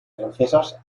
francesas